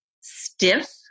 Stiff